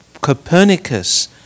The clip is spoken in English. Copernicus